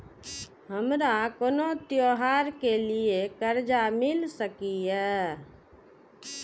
हमारा कोनो त्योहार के लिए कर्जा मिल सकीये?